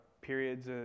periods